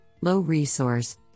low-resource